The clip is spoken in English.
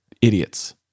Idiots